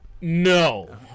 No